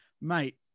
mate